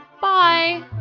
Bye